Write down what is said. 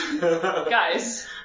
Guys